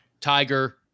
Tiger